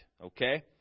okay